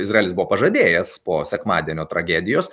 izraelis buvo pažadėjęs po sekmadienio tragedijos